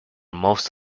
most